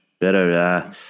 better